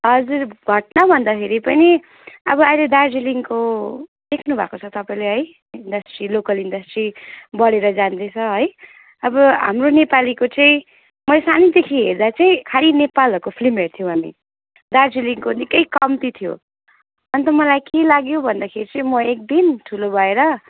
हजुर घटना भन्दाखेरि पनि अब अहिले दार्जिलिङको देख्नुभएको छ तपाईँले है इन्डस्ट्री लोकल इन्डस्ट्री बढेर जाँदैछ है अब हाम्रो नेपालीको चाहिँ मैले सानैदेखि हेर्दा चाहिँ खालि नेपालहरूको फिल्म हेर्थ्यौँ हामी दार्जिलिङको निकै कम्ती थियो अनि त मलाई के लाग्यो भन्दाखेरि चाहिँ म एकदिन ठुलो भएर